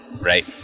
Right